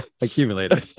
Accumulator